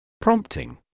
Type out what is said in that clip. Prompting